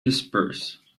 disperse